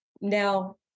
now